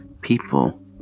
People